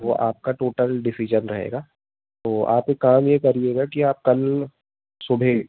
वह आपका total decision रहेगा तो आप एक काम ये करिएगा कि आप कल सुबह